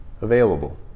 available